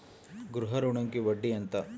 గృహ ఋణంకి వడ్డీ ఎంత?